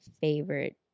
favorite